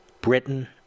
Britain